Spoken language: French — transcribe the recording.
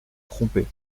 trompé